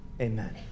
Amen